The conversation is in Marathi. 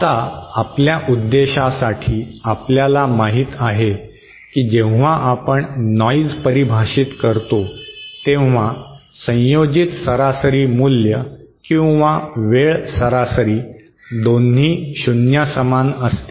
आता आपल्या उद्देशासाठी आपल्याला माहित आहे की जेव्हा आपण नॉइज परिभाषित करतो तेव्हा संयोजित सरासरी मूल्य किंवा वेळ सरासरी दोन्ही शून्यासमान असते